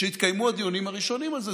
כשהתקיימו הדיונים הראשונים על זה.